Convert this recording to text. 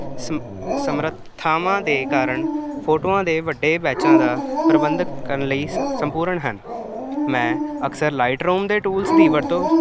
ਸਮ ਸਮਰਥਾਵਾਂ ਦੇ ਕਾਰਨ ਫੋਟੋਆਂ ਦੇ ਵੱਡੇ ਬੈਚਾਂ ਦਾ ਪ੍ਰਬੰਧ ਕਰਨ ਲਈ ਸ ਸੰਪੂਰਨ ਹਨ ਮੈਂ ਅਕਸਰ ਲਾਈਟ ਰੂਮ ਦੇ ਟੂਲਸ ਦੀ ਵਰਤੋਂ